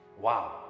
Wow